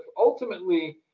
ultimately